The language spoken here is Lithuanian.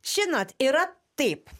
žinot yra taip